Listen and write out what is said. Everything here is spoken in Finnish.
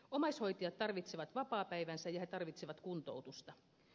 omaishoitajat tarvitsevat vapaapäivänsä ja he tarvitsevat kuntoutusta